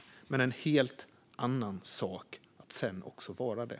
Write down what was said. Men det är en helt annan sak att sedan också vara det.